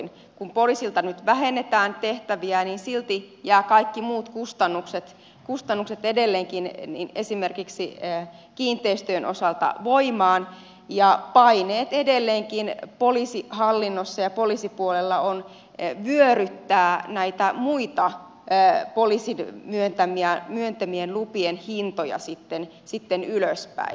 kun poliisilta nyt vähennetään tehtäviä niin silti kaikki muut kustannukset esimerkiksi kiinteistöjen osalta edelleenkin jäävät voimaan ja edelleenkin poliisihallinnossa ja poliisipuolella on paineet vyöryttää muita poliisin myöntämien lupien hintoja ylöspäin